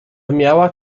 miała